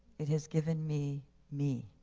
it has given me me.